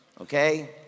okay